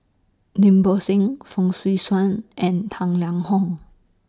Lim Bo Seng Fong Swee Suan and Tang Liang Hong